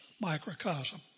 Microcosm